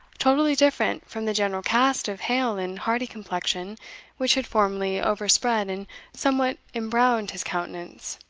totally different from the general cast of hale and hardy complexion which had formerly overspread and somewhat embrowned his countenance.